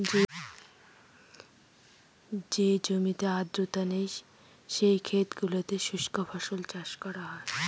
যে জমিতে আর্দ্রতা নেই, সেই ক্ষেত গুলোতে শুস্ক ফসল চাষ হয়